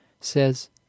says